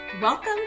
Welcome